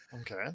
Okay